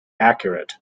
accurate